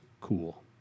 Cool